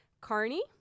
Carney